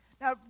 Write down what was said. Now